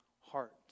heart